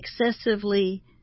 excessively